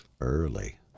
Early